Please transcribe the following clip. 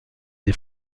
des